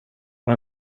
var